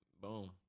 Boom